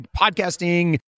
podcasting